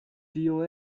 tio